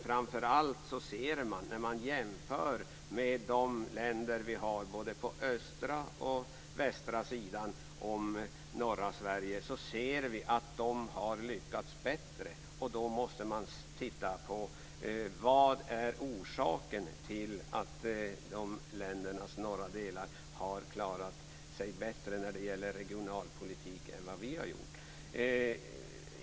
Framför allt ser vi att länderna både på den västra och den östra sidan av norra Sverige har lyckats bättre. Då måste man titta på vad orsaken är till att dessa länders norra delar klarat sig bättre när det gäller regionalpolitiken än vad vi har gjort.